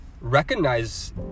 recognize